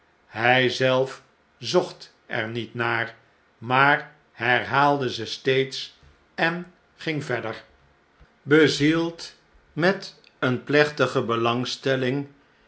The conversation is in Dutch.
hjj zelf zocht er niet naar maar herhaalde ze steeds en ging verder bezield met eene plechtige belangstelling